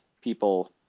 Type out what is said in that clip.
people